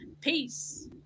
Peace